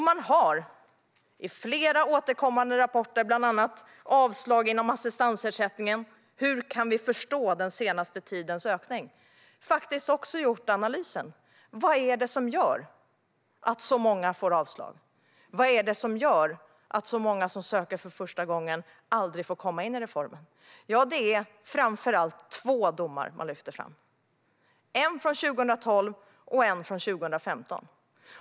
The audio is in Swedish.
Man har i flera återkommande rapporter, bland annat Avslag inom assistansersättningen - hur kan vi förstå den senaste tidens ökning? , gjort analysen av vad det är som gör att så många får avslag. Vad är det som gör att så många som söker för första gången aldrig får komma in i reformen? Det är framför allt två domar man lyfter fram - en från 2012 och en från 2015.